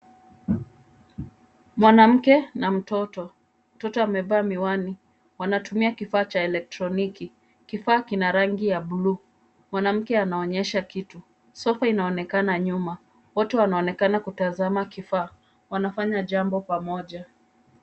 Mwanamke na mtoto. Mtoto amevaa miwani. Wanatumia kifaa cha elektroniki. Kifaa kina rangi ya buluu. Mwanamke anaonyesha kitu. Soko inaonekana nyuma. Wote wanaonekana kutazama kifaa. Wanafanya jambo pamoja.